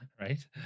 Right